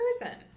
person